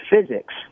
physics